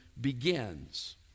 begins